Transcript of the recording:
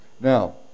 Now